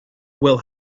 will